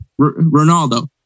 Ronaldo